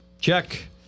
check